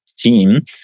team